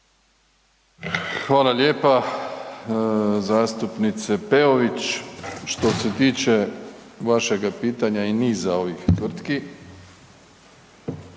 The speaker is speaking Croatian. Hvala lijepa zastupnice Peović. Što se tiče vašega pitanja i niza ovih tvrtki